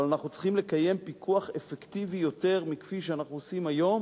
אבל אנחנו צריכם לקיים פיקוח אפקטיבי יותר מכפי שאנחנו עושים היום